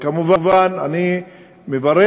כמובן, אני מברך.